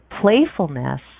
playfulness